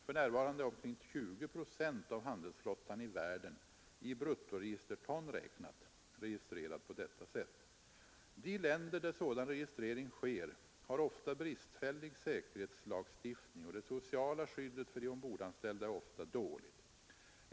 För närvarande är omkring 20 procent av handelsflottan i världen i bruttoregisterton räknat registrerad på detta sätt. De länder där sådan registrering sker har ofta bristfällig säkerhetslagstiftning, och det sociala skyddet för de ombordanställda är ofta dåligt.